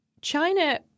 China